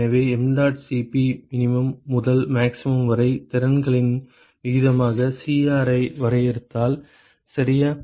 எனவே mdot Cp min முதல் max வரை திறன்களின் விகிதமாக Cr ஐ வரையறுத்தால் சரியா